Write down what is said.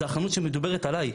זה החנות שמדוברת עליי.